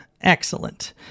Excellent